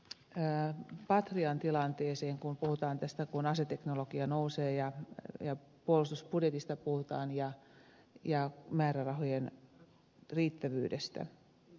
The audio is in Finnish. keskittyisin patrian tilanteeseen kun puhutaan aseteknologian nousemisesta ja puhutaan puolustusbudjetista ja määrärahojen riittävyydestä